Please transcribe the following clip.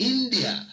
India